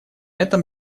этом